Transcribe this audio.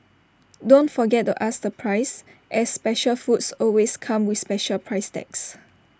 don't forget to ask the price as special foods always come with special price tags